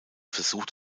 versucht